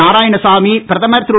நாராயணசாமி பிரதமர் திரு